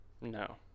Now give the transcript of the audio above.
no